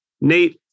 Nate